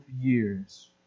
years